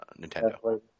Nintendo